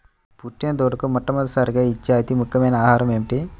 పుట్టిన దూడకు మొట్టమొదటిసారిగా ఇచ్చే అతి ముఖ్యమైన ఆహారము ఏంటి?